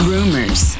Rumors